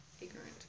ignorant